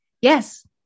Yes